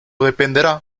dependerá